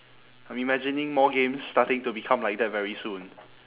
I'm imagining more games starting to become like that very soon